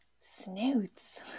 Snoots